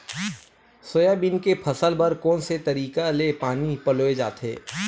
Soybean के फसल बर कोन से तरीका ले पानी पलोय जाथे?